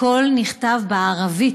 הכול נכתב בערבית.